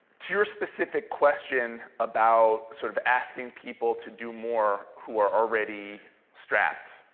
to your specific question about sort of asking people to do more who are already strapped,